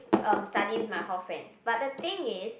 um study with my hall friends but the thing is